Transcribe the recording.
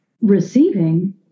receiving